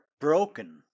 broken